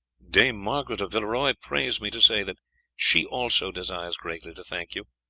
dame margaret of villeroy prays me to say that she also desires greatly to thank you,